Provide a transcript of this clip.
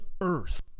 earth